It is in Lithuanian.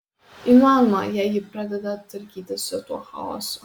įmanoma jei ji pradeda tvarkytis su tuo chaosu